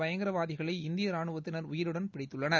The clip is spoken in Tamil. பயங்கரவாதிகளை இந்திய ராணுவத்தினர் உயிருடன் பிடித்துள்ளனர்